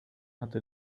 hatte